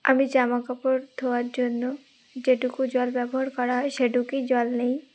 আমি জামা কাপড় ধোয়ার জন্য যেটুকু জল ব্যবহার করা হয় সেটুকুই জল নেই